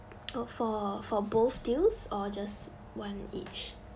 oh for for both deals or just one each